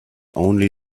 only